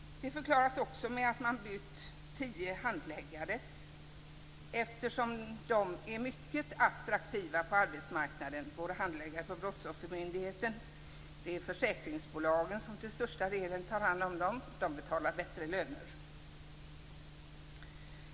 Det förklaras också med att man bytt tio handläggare, eftersom dessa är mycket attraktiva på arbetsmarknaden. Det är försäkringsbolag som till största delen tar hand om dem, då de betalar bättre löner.